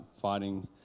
fighting